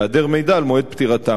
בהיעדר מידע על מועד פטירתם,